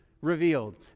revealed